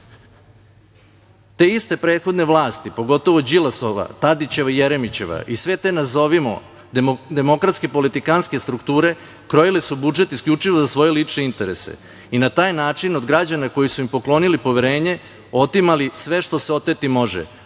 Te iste prethodne vlasti, pogotovo Đilasova, Tadićeva i Jeremićeva i sve te nazovimo demokratske politikanske strukture, krojile su budžet isključivo za svoje lične interese i na taj način od građana koji su im poklonili poverenje otimali sve što se oteti može,